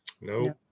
No